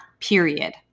period